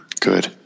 Good